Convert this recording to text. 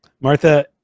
Martha